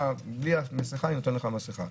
אתה בלי מסכה, אני נותן לך על מסכה.